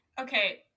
Okay